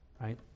right